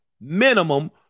minimum